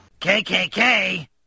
KKK